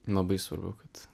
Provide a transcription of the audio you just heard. labai svarbu kad